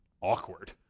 awkward